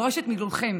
דורשת מכולכם